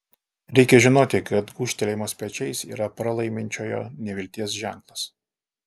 reikia žinoti kad gūžtelėjimas pečiais yra pralaiminčiojo nevilties ženklas